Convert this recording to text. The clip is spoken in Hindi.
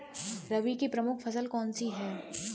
रबी की प्रमुख फसल कौन सी है?